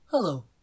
Hello